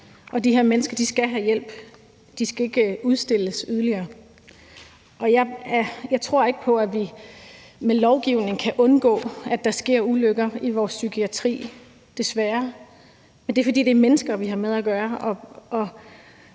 og de her mennesker skal have hjælp. De skal ikke udstilles yderligere. Jeg tror ikke på, at vi med lovgivning kan undgå, at der sker ulykker i vores psykiatri, desværre, men det er, fordi det er mennesker, vi har med at gøre,